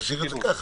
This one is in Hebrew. תשאיר את זה ככה.